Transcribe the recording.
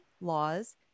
laws